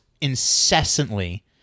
incessantly